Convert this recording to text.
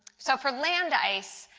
so for land ice,